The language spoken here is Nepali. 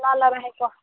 ल ल राखेको